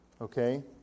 Okay